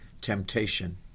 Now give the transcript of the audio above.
temptation